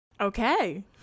Okay